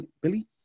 Billy